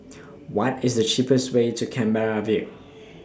What IS The cheapest Way to Canberra View